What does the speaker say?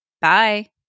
Bye